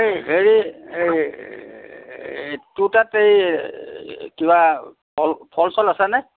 এই হেৰি এই তোৰ তাত এই কিবা ফল ফল চল আছেনে